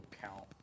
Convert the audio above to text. count